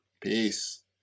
Peace